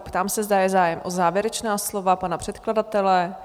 Ptám se, zda je zájem o závěrečná slova pana předkladatele?